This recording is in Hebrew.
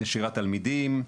נשירת תלמידים,